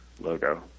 logo